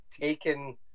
taken